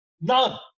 None